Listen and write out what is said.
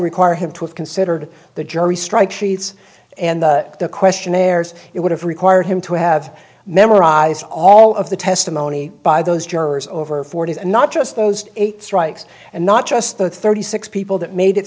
require him to have considered the jury strike sheets and the questionnaires it would have required him to have memorized all of the testimony by those jurors over four days and not just those eight strikes and not just the thirty six people that made it